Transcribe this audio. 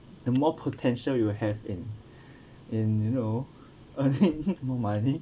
the more potential you have in in you know earning more money